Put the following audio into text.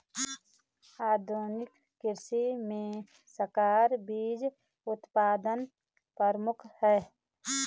आधुनिक कृषि में संकर बीज उत्पादन प्रमुख है